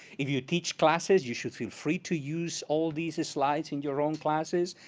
if you teach classes, you should feel free to use all these slides in your own classes,